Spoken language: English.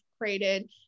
created